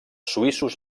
suïssos